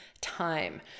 time